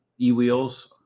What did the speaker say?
eWheels